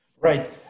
Right